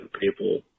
people